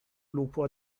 lupo